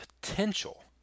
potential